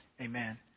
Amen